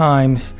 Times